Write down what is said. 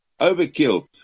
overkill